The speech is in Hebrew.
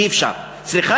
אי-אפשר,